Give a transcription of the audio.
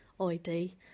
ID